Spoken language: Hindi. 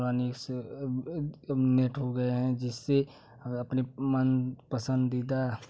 अनिस नेट हो गया है जिससे हम अपनी मनपसंदीदा